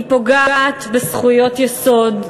היא פוגעת בזכויות יסוד,